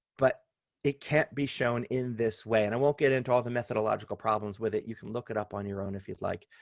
but it can't be shown in this way. and i won't get into all the methodological problems with it. you can look it up on your own if you'd like.